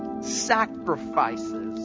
sacrifices